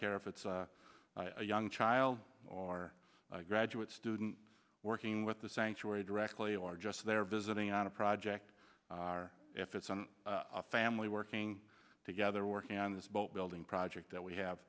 care if it's a young child or a graduate student working with the sanctuary directly or just there visiting on a project or if it's a family working together working on this boat building project that we have